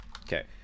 Okay